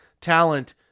talent